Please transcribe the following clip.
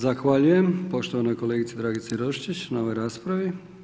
Zahvaljujem poštovanoj kolegici Dragici Roščić na ovoj raspravi.